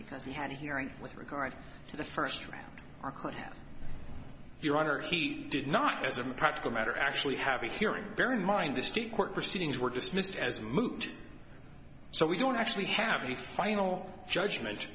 because he had a hearing with regard to the first round or could have your honor he did not as a practical matter actually have a hearing very mind the state court proceedings were dismissed as moved so we don't actually have the final judgment